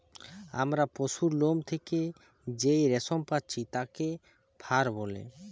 আমরা পশুর লোম থেকে যেই রেশম পাচ্ছি তাকে ফার বলে